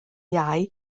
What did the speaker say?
iau